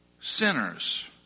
sinners